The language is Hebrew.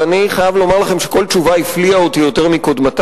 ואני חייב לומר לכם שכל תשובה הפליאה אותי יותר מקודמתה.